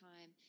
time